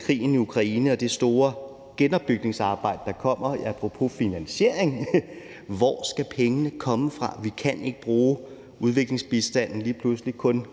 krigen i Ukraine og det store genopbygningsarbejde, der kommer, apropos finansiering – er: Hvor skal pengene komme fra? Vi kan ikke lige pludselig kun